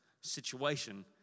situation